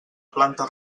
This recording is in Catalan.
planta